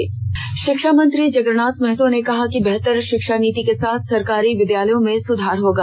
षिक्षा मंत्री शिक्षा मंत्री जगरनाथ महतो ने कहा है कि बेहतर शिक्षा नीति के साथ सरकारी विद्यालयों में सुधार होगा